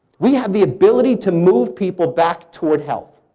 we have the ability to move people back toward health.